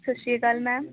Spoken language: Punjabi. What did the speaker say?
ਸਤਿ ਸ਼੍ਰੀ ਅਕਾਲ ਮੈਮ